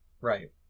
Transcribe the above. Right